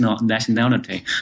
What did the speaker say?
nationality